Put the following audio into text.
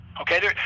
Okay